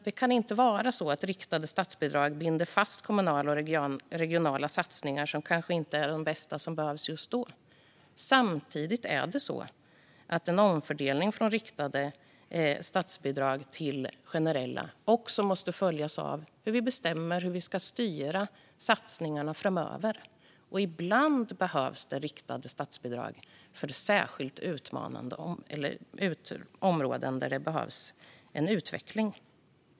Det kan inte vara så att riktade statsbidrag binder fast kommunala och regionala satsningar som kanske inte är vad som behövs mest just då. Samtidigt är det så att en omfördelning från riktade statsbidrag till generella statsbidrag måste följas av att vi bestämmer hur vi ska styra satsningarna framöver. Ibland behövs det riktade statsbidrag till områden där det behövs en utveckling.